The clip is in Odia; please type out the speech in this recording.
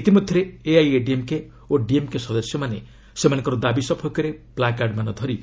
ଇତିମଧ୍ୟରେ ଏଆଇଏଡିଏମ୍କେ ଓ ଡିଏମ୍କେ ସଦସ୍ୟମାନେ ସେମାନଙ୍କ ଦାବି ସପକ୍ଷରେ ପ୍ଲୁକାର୍ଡମାନ ଧରି